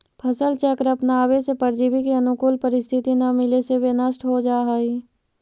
फसल चक्र अपनावे से परजीवी के अनुकूल परिस्थिति न मिले से वे नष्ट हो जाऽ हइ